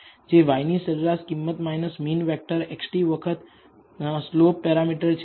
કે જે y ની સરેરાશ કિંમત મીન વેક્ટર XT વખત સ્લોપ પેરામીટર છે